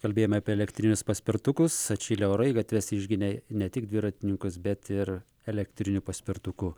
kalbėjome apie elektrinius paspirtukus atšilę orai į gatves išginė ne tik dviratininkus bet ir elektrinių paspirtukų